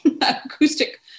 acoustic